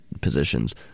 positions